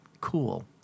cool